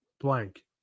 blank